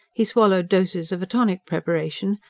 he swallowed doses of a tonic preparation,